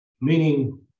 meaning